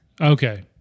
Okay